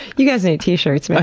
you guys need t-shirts, man.